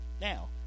now